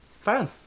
Fine